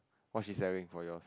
what she selling for your